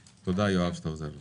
תודה, יואב, שאתה עוזר לי.